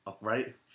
right